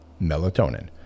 melatonin